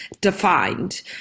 defined